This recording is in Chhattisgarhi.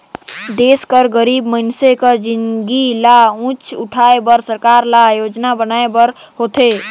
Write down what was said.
देस कर गरीब मइनसे कर जिनगी ल ऊंच उठाए बर सरकार ल योजना बनाए बर होथे